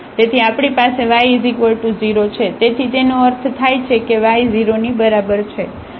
તેથી તેનો અર્થ થાય છે કે y 0 ની બરાબર છે